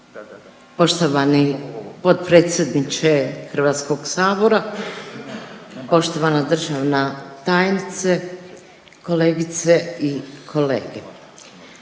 Poštovani potpredsjedniče Hrvatskog sabora, poštovana državna tajnice, kolegice i kolege,